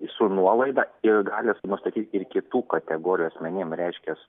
su nuolaida ir gali nustatyti ir kitų kategorijų asmenim reiškias